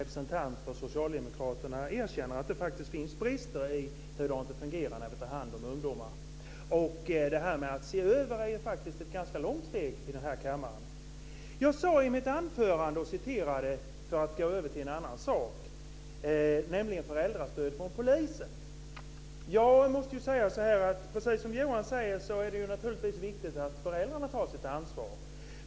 Fru talman! Vi har kommit ganska långt i den här kammaren när en representant för Socialdemokraterna erkänner att det faktiskt finns brister i hur vi tar hand om ungdomar. Det här med att se över är ju faktiskt ett ganska långt steg i den här kammaren. Jag talade i mitt anförande, för att gå över till en annan sak, om föräldrastöd från polisen. Precis som Johan säger är det naturligtvis viktigt att föräldrarna tar sitt ansvar.